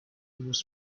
was